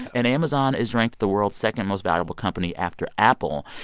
and amazon is ranked the world's second most valuable company after apple.